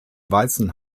weißen